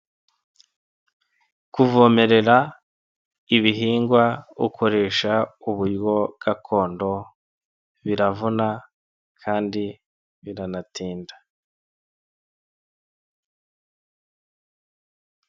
Kuvomerera ibihingwa ukoresha uburyo gakondo, biravuna kandi biranatinda.